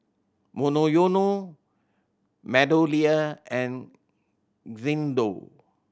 Monoyono MeadowLea and Xndo